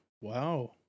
wow